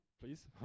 please